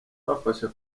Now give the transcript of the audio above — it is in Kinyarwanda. abafasha